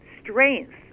strength